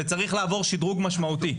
וצריך לעבור שדרוג משמעותי.